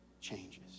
Changes